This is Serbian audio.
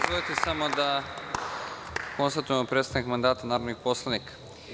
Dozvolite samo da konstatujem prestanak mandata narodnih poslanika.